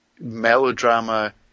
melodrama